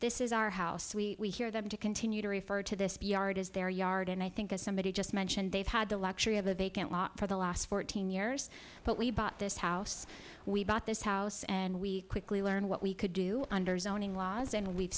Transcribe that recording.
this is our house we hear them to continue to refer to this is their yard and i think as somebody just mentioned they've had the luxury of a vacant lot for the last fourteen years but we bought this house we bought this house and we quickly learned what we could do under his own in laws and we've